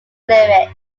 lyrics